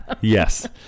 Yes